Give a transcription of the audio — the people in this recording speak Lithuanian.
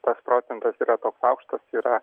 tas procentas yra toks aukštas yra